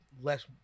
less